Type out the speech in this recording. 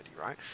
right